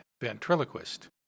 Ventriloquist